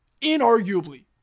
inarguably